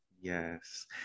Yes